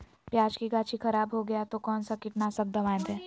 प्याज की गाछी खराब हो गया तो कौन सा कीटनाशक दवाएं दे?